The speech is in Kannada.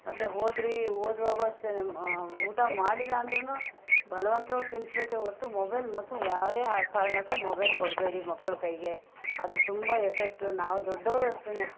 ಮತ್ತು ಓದ್ರಿ ಓದುವಾಗು ಅಷ್ಟೆ ಮ ಊಟ ಮಾಡಿಲ್ಲ ಅಂದ್ರು ಬಲವಂತವಾಗ್ ತಿನಿಸ್ಬೇಕೇ ಹೊರ್ತು ಮೊಬೈಲ್ ಮಾತ್ರ ಯಾವುದೇಯ ಕಾರಣಕ್ಕೂ ಮೊಬೈಲ್ ಕೊಡಬೇಡಿ ಮಕ್ಳ ಕೈಗೆ ಅದು ತುಂಬ ಎಫೆಕ್ಟು ನಾವು ದೊಡ್ಡವರು ಅಷ್ಟೆ